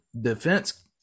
defense